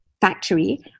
factory